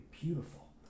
beautiful